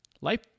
Life